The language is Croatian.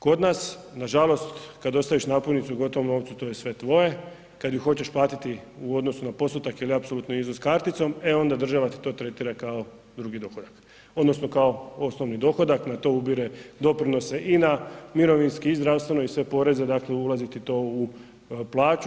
Kod nas nažalost kada ostaviš napojnicu u gotovom novcu to je sve tvoje, kada ih hoćeš platiti u odnosu na postotak ili apsolutni iznos karticom, e onda država ti to tretira kao drugi dohodak odnosno kao osnovni dohodak, na to ubire doprinose i na mirovinski i na zdravstveno i sve poreze ulazi ti to u plaću.